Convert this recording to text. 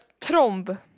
tromb